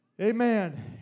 Amen